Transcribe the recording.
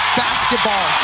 basketball